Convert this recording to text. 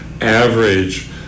average